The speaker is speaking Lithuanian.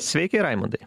sveiki raimundai